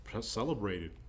celebrated